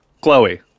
Chloe